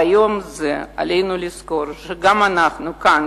ביום זה עלינו לזכור שגם אנחנו כאן,